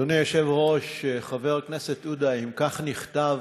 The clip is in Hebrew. אדוני היושב-ראש, חבר הכנסת עודה, אם כך נכתב,